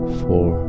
four